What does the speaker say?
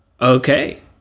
okay